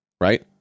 right